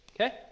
okay